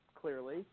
clearly